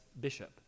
bishop